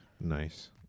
Nice